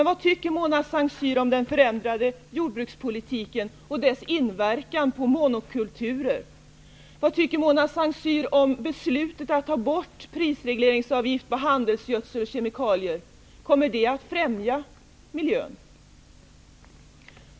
Vad tycker Mona Saint Cyr om den förändrade jordbrukspolitiken och dess inverkan på monokulturer? Vad tycker hon om beslutet att ta bort prisregleringsavgiften på handelsgödsel och kemikalier? Kommer det att främja miljön?